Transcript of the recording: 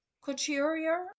couturier